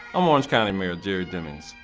i'm orange county mayor, jerry demings.